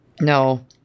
No